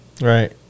Right